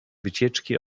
wycieczki